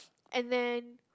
and then